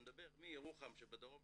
אני מדבר מירוחם שבדרום,